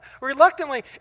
reluctantly